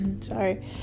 Sorry